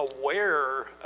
aware